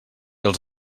els